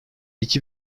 iki